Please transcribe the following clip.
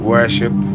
Worship